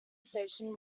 station